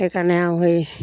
সেইকাৰণে আৰু সেই